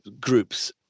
groups